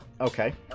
Okay